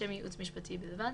לשם ייעוץ משפטי בלבד,